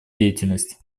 деятельность